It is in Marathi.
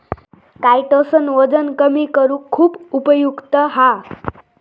कायटोसन वजन कमी करुक खुप उपयुक्त हा